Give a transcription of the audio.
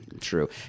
true